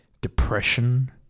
depression